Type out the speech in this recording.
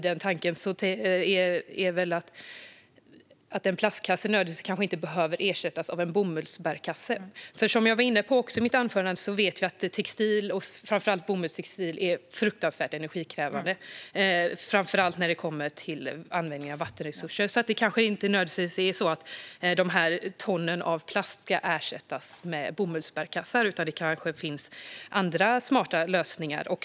Jag tänker att en plastkasse kanske inte nödvändigtvis behöver ersättas av en bomullsbärkasse. Jag var i mitt anförande inne på detta att textil och framför allt bomullstextil är fruktansvärt energikrävande, särskilt när det gäller användning av vatten. Dessa ton av plast ska kanske inte nödvändigtvis ersättas av bomullsbärkassar, utan det finns kanske andra smarta lösningar.